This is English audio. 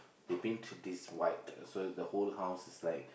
they paint this white so the whole house is like